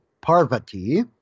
Parvati